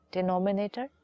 Denominator